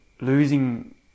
losing